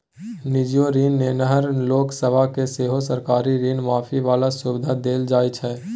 निजीयो ऋण नेनहार लोक सब केँ सेहो सरकारी ऋण माफी बला सुविधा देल जाइ छै